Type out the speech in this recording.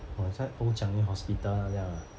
我在 old changi hospital liao lah